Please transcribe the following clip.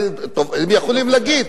הם יכולים להגיד,